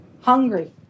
Hungry